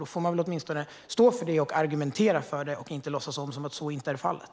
Då får man väl åtminstone stå för det och argumentera för saken och inte låtsas som att så inte är fallet.